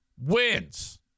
wins